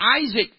Isaac